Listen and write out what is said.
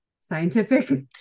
scientific